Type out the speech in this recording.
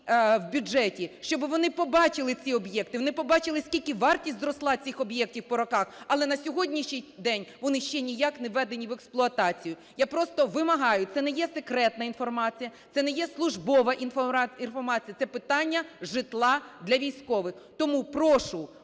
в бюджеті, щоб вони побачили ці об'єкти, вони побачили, скільки вартість зросла цих об'єктів по роках, але на сьогоднішній день вони ще ніяк не введені в експлуатацію. Я просто вимагаю. Це не є секретна інформація, це не є службова інформація – це питання житла для військових. Тому прошу